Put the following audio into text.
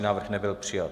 Návrh nebyl přijat.